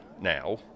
now